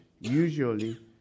usually